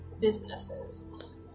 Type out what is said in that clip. businesses